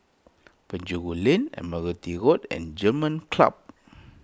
Penjuru Lane Admiralty Road and German Club